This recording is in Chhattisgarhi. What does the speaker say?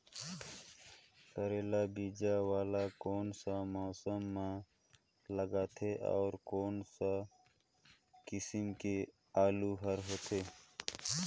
करेला बीजा वाला कोन सा मौसम म लगथे अउ कोन सा किसम के आलू हर होथे?